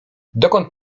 dokąd